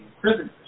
prisoners